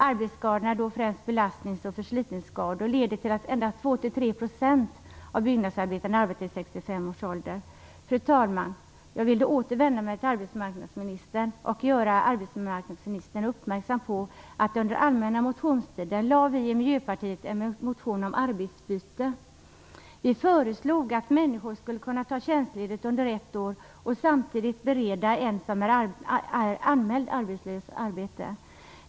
Arbetsskadorna, då främst belastnings och förslitningsskador, leder till att endast 2-3 % av byggnadsarbetarna arbetar till 65 Fru talman! Jag vill åter vända mig till arbetsmarknadsministern och göra arbetsmarknadsministern uppmärksam på att Miljöpartiet under allmänna motionstiden väckte en motion om arbetsbyte. Vi föreslog att människor skulle kunna ta tjänstledigt under ett år och samtidigt bereda en som är anmäld arbetslös arbete.